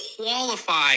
qualify